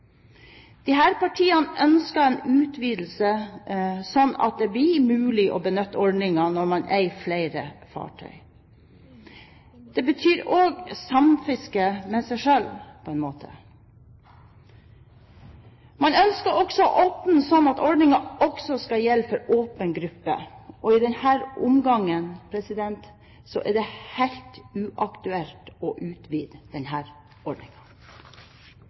partiene ønsker en utvidelse, sånn at det blir mulig å benytte ordningen når man eier flere fartøy. Det betyr òg samfiske med seg selv, på en måte. Man ønsker også å åpne for at ordningen også skal gjelde for åpen gruppe. I denne omgangen er det helt uaktuelt å utvide